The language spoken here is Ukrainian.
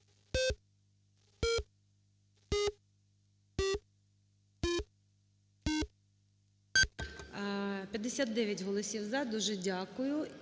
59 голосів "за". Дуже дякую,